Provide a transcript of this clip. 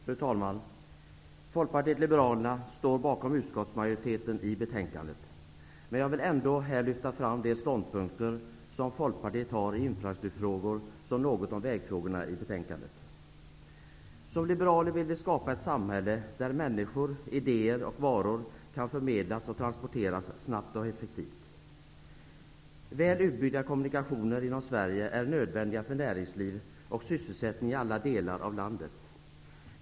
Fru talman! Folkpartiet liberalerna står bakom utskottsmajoriteten när det gäller detta betänkande, men jag vill ändå här lyfta fram de ståndpunkter som Folkpartiet har i infrastrukturfrågor samt något beröra vägfrågorna. Som liberaler vill vi skapa ett samhälle där människor, idéer och varor kan förmedlas och transporteras snabbt och effektivt. Väl utbyggda kommunikationer inom Sverige är nödvändiga för näringsliv och sysselsättning i alla delar av landet.